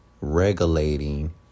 regulating